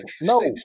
no